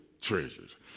treasures